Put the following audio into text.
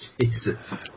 Jesus